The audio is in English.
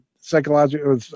Psychological